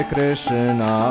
Krishna